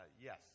Yes